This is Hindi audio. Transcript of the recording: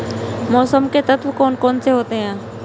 मौसम के तत्व कौन कौन से होते हैं?